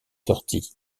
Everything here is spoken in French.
sorties